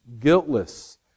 guiltless